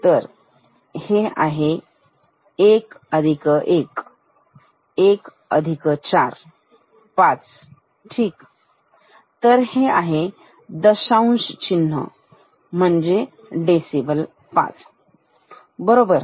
हे आहे 1 अधिक 1 1 अधिक 4 5 ठीक तर हे आहे दशांश म्हणजे डेसिमल 5 बरोबर